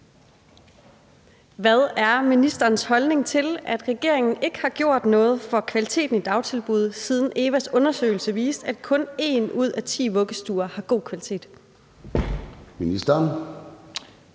Hvad er ministerens holdning til, at regeringen ikke har gjort noget for kvaliteten i dagtilbud, siden EVA's undersøgelse viste, at kun en ud af ti vuggestuer har god kvalitet? Kl.